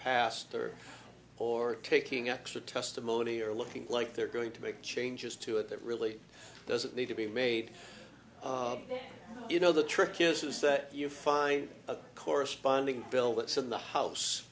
pastor or taking extra testimony or looking like they're going to make changes to it that really doesn't need to be made you know the trick here is that you find a corresponding bill that's in the house